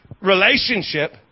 relationship